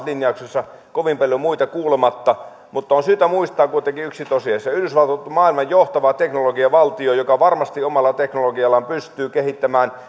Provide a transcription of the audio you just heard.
linjauksensa kovin paljon muita kuulematta mutta on syytä muistaa kuitenkin yksi tosiasia yhdysvallat on maailman johtava teknologiavaltio joka varmasti omalla teknologiallaan pystyy kehittämään